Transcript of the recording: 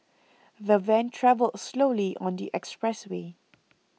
the van travelled slowly on the expressway